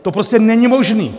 To prostě není možný.